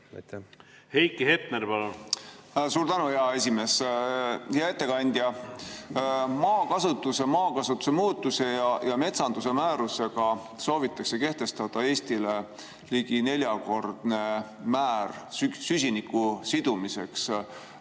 Heiki Hepner, palun! Suur tänu, hea esimees! Hea ettekandja! Maakasutuse, maakasutuse muutuse ja metsanduse määrusega soovitakse kehtestada Eestile ligi neljakordne määr süsiniku sidumiseks